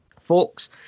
folks